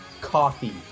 coffee